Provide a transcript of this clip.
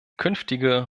künftige